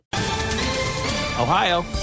Ohio